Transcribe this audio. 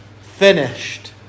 finished